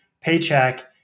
paycheck